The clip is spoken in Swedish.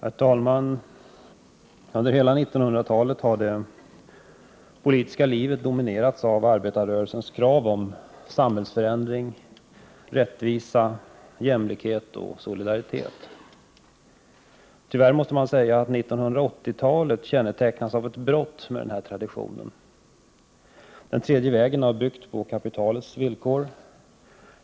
Herr talman! Under hela 1900-talet har det politiska livet dominerats av arbetarrörelsens krav på samhällsförändring, rättvisa, jämlikhet och solidaritet. Tyvärr måste man säga att 1980-talet kännetecknats av brott mot denna tradition. Den tredje vägen har byggts på kapitalets villkor.